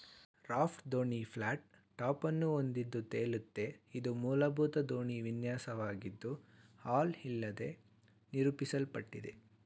raft ದೋಣಿ flat ಟಾಪನ್ನು ಹೊಂದಿದ್ದು ತೇಲುತ್ತೆ ಇದು ಮೂಲಭೂತ ದೋಣಿ ವಿನ್ಯಾಸವಾಗಿದ್ದು ಹಲ್ ಇಲ್ಲದೇ ನಿರೂಪಿಸಲ್ಪಟ್ಟಿದೆ